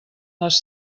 les